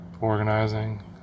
organizing